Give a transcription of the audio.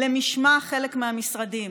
למשמע חלק מהמשרדים.